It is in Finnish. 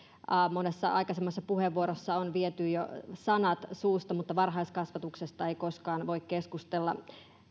monessa aikaisemmassa puheenvuorossa on viety jo sanat suusta mutta varhaiskasvatuksesta ei koskaan voi keskustella